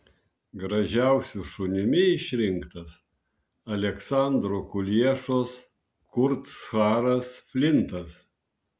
gražiausiu šunimi išrinktas aleksandro kuliešos kurtsharas flintas